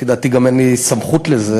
לפי דעתי, גם אין לי סמכות לזה.